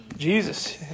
Jesus